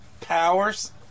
powers